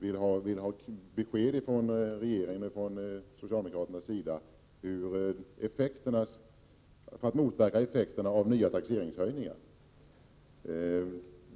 Vi har begärt att skattereglerna skall ändras för att det skall vara möjligt att minst motverka effekterna av de höjda taxeringsvärdena, och vi vill ha besked från socialdemokraterna om det.